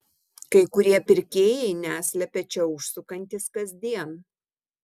kai kurie pirkėjai neslepia čia užsukantys kasdien